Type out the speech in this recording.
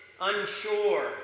unsure